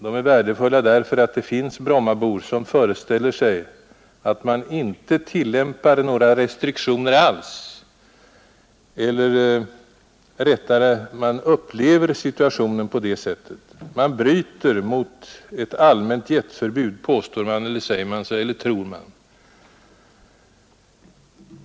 De är värdefulla därför att det finns Brommabor som föreställer sig att man inte tillämpar några restriktioner alls eller rättare sagt, man upplever situationen på det sättet. På Bromma bryter man mot ett allmänt jetförbud, påstår man, eller tror man.